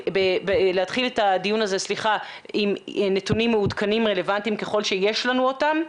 נתחיל את הדיון הזה עם נתונים מעודכנים ורלבנטיים ככל שיש לנו אותם.